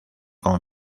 con